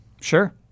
Sure